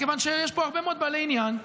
מכיוון שיש פה הרבה מאוד בעלי עניין,